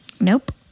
Nope